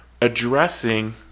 addressing